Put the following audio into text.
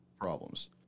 Problems